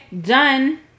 done